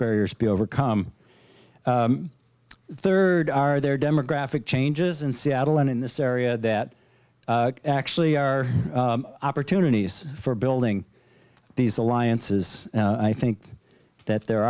barriers be overcome third are there demographic changes in seattle and in this area that actually are opportunities for building these alliances i think that there